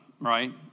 right